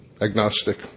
agnostic